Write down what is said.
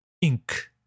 ink